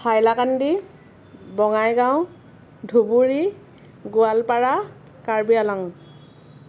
Hailakandi Bongaigaon Dhubri Goalpara Karbi Along